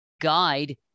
guide